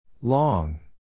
Long